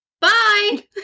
Bye